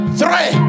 three